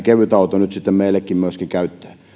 kevytauto nyt sitten meillekin käyttöön